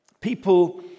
people